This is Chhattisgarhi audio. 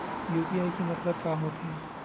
यू.पी.आई के मतलब का होथे?